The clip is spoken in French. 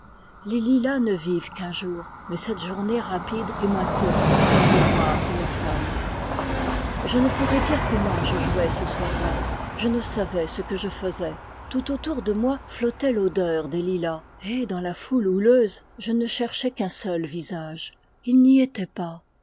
les lilas ne vivent qu'un jour mais cette journée rapide est moins courte que la mémoire d'une femme je ne pourrais dire comment je jouai ce soir-là je ne savais ce que je faisais tout autour de moi flottait l'odeur des lilas et dans la foule houleuse je ne cherchais qu'un seul visage il n'y était pas